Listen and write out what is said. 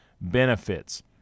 benefits